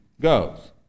goes